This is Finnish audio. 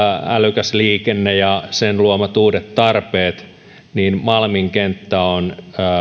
älykäs liikenne ja sen luomat uudet tarpeet niin malmin kenttä on